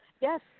Yes